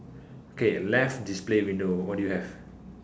okay left display window what do you have